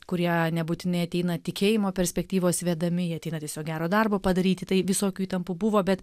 kurie nebūtinai ateina tikėjimo perspektyvos vedami jie ateina tiesiog gero darbo padaryti tai visokių įtampų buvo bet